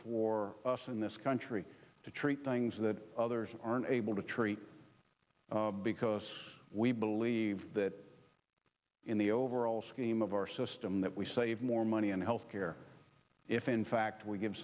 for us in this country to treat things that others aren't able to treat because we believe that in the overall scheme of our system that we save more money on health care if in fact we give